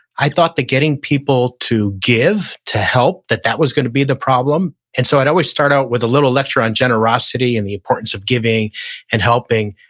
i thought that getting people to give, to help that that was gonna be the problem, and so i'd always start out with a little lecture on generosity and the importance of giving and helping.